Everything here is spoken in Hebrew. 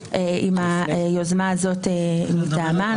היוזמה הזאת הגיעה מטעמה.